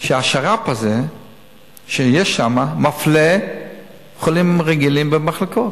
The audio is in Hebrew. שהשר"פ הזה שיש שם מפלה חולים רגילים במחלקות.